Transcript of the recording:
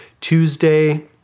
Tuesday